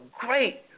great